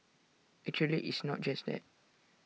actually it's not just that